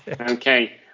Okay